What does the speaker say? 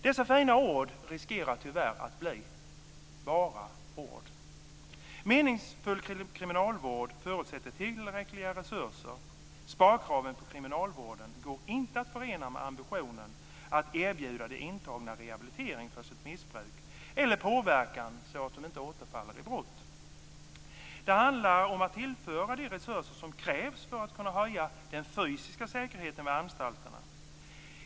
Dessa fina ord riskerar, tyvärr, att bli bara ord. En meningsfull kriminalvård förutsätter tillräckliga resurser. Sparkraven på kriminalvården går inte att förena med ambitionen att erbjuda de intagna rehabilitering för sitt missbruk eller påverkan så att de inte återfaller i brott. Det handlar om att tillföra de resurser som krävs för att kunna höja den fysiska säkerheten vid anstalterna.